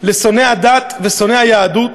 לשונאי הדת ושונאי היהדות